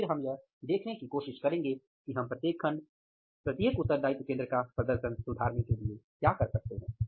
और फिर हम यह देखने की कोशिश करेंगे कि हम प्रत्येक खंड प्रत्येक उत्तरदायित्व केंद्र का प्रदर्शन सुधारने के लिए क्या कर सकते हैं